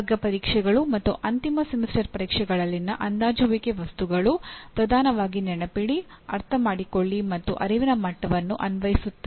ವರ್ಗ ಪರೀಕ್ಷೆಗಳು ಮತ್ತು ಅಂತಿಮ ಸೆಮಿಸ್ಟರ್ ಪರೀಕ್ಷೆಗಳಲ್ಲಿನ ಅಂದಾಜುವಿಕೆ ವಸ್ತುಗಳು ಪ್ರಧಾನವಾಗಿ ನೆನಪಿಡಿ ಅರ್ಥಮಾಡಿಕೊಳ್ಳಿ ಮತ್ತು ಅರಿವಿನ ಮಟ್ಟವನ್ನು ಅನ್ವಯಿಸುತ್ತವೆ